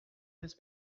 his